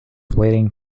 waiting